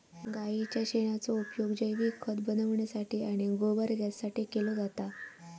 गाईच्या शेणाचो उपयोग जैविक खत बनवण्यासाठी आणि गोबर गॅससाठी केलो जाता